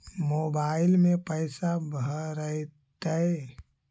Mobile में पैसा भरैतैय?